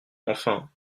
enfin